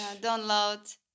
download